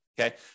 Okay